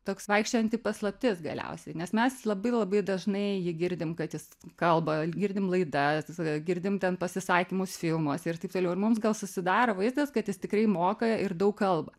toks vaikščiojanti paslaptis galiausiai nes mes labai labai dažnai jį girdim kad jis kalba girdim laidas visada girdim ten pasisakymus filmuose ir taip toliau ir mums gal susidaro vaizdas kad jis tikrai moka ir daug kalba